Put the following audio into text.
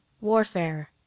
Warfare